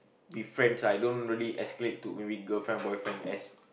be friends I don't really escalate to maybe girlfriend boyfriend as